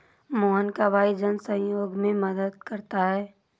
मोहन का भाई जन सहयोग में मदद करता है